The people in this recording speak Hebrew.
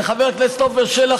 וחבר הכנסת עפר שלח,